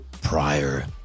prior